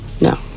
No